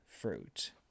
fruit